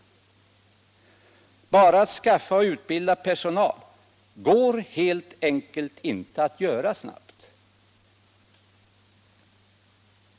Enbart uppgiften att skaffa och utbilda personal är någonting som det helt enkelt inte går att utföra snabbt.